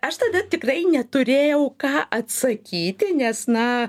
aš tada tikrai neturėjau ką atsakyti nes na